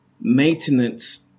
maintenance